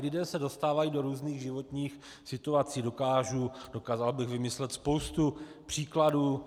Lidé se dostávají do různých životních situací, dokázal bych vymyslet spoustu příkladů.